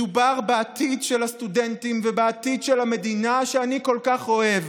מדובר בעתיד של הסטודנטים ובעתיד של המדינה שאני כל כך אוהב.